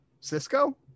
cisco